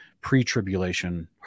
pre-tribulation